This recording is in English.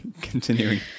Continuing